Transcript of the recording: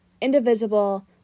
indivisible